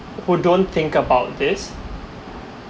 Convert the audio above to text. who don't think about this